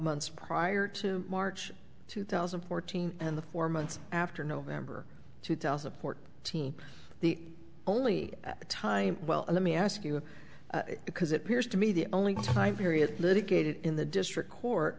months prior to march two thousand and fourteen and the four months after november two thousand port the only time well let me ask you because it peers to me the only time period litigated in the district court